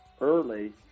early